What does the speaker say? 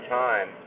time